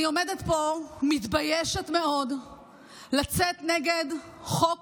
אני עומדת פה, מתביישת מאוד לצאת נגד חוק